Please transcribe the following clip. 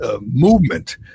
movement